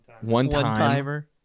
One-timer